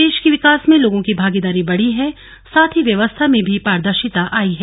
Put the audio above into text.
देश के विकास में लोगों की भागीदारी बढ़ी है साथ ही व्यवस्था में भी पारदर्शिता आयी है